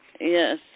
Yes